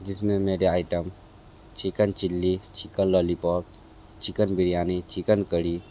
जिसमें मेरे item chicken chilli chicken lollipop chicken biryani chicken कड़ी